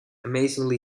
amazingly